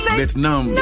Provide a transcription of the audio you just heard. Vietnam